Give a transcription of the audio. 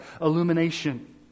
illumination